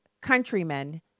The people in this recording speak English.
countrymen